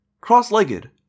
cross-legged